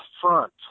front